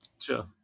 Sure